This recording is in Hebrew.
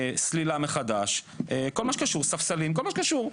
סלילה מחדש, ספסלים וכול מה שקשור.